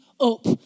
up